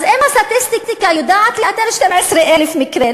אם הסטטיסטיקה יודעת לאתר 12,000 מקרים,